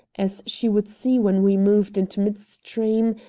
as she would see when we moved into midstream,